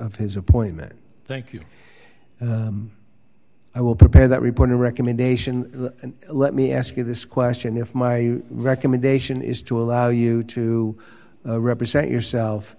f his appointment thank you i will prepare that report a recommendation and let me ask you this question if my recommendation is to allow you to represent yourself